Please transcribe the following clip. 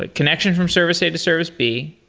ah connections from service a to service b?